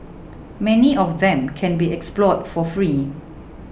many of them can be explored for free